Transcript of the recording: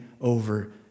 over